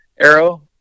arrow